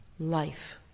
Life